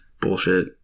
bullshit